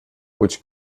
which